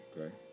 Okay